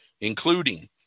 including